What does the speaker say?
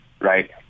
Right